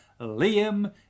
Liam